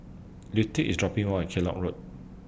Lute IS dropping Me off At Kellock Road